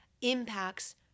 impacts